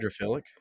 hydrophilic